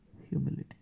humility